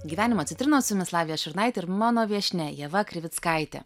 gyvenimo citrinos su jumis lavija šurnaitė ir mano viešnia ieva krivickaitė